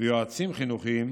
ויועצים חינוכיים,